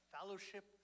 fellowship